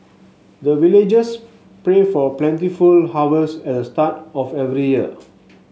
the villagers pray for plentiful harvest at the start of every year